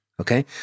Okay